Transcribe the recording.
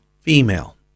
female